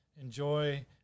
enjoy